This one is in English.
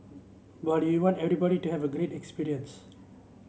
but we want everybody to have a great experience